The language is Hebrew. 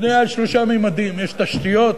בנויה בשלושה ממדים: יש תשתיות,